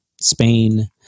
Spain